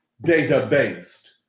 data-based